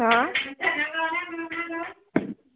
हो